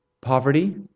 poverty